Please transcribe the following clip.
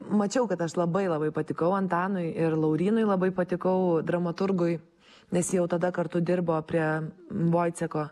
mačiau kad aš labai labai patikau antanui ir laurynui labai patikau dramaturgui nes jie jau tada kartu dirbo prie voiceko